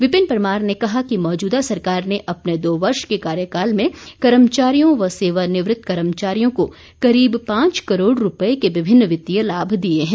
विपिन परमार ने कहा कि मौजूदा सरकार ने अपने दो वर्ष के कार्यकाल में कर्मचारियों व सेवानिवृत कर्मचारियों को करीब पांच करोड़ रुपए के विभिन्न वित्तीय लाभ दिए हैं